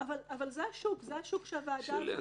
אבל זה השוק, זה השוק שהוועדה תרצה.